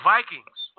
Vikings